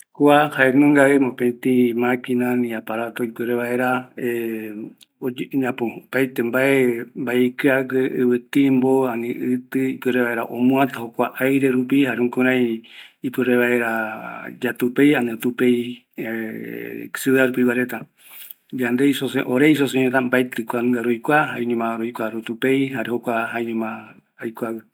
Kua jaenungavi, moetɨ maquina, aparato, ipuere vaera e opaete mbae ikiague, ivi timbo ipuerevaera omuata jokua aire rupi, jare lukrai pɨpe yatupei, jare yaekɨ vaera ikɨa guereta, ore reta mbaetɨ kuanunga roikua ore jaeñoma rotupei